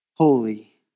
holy